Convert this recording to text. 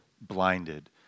blinded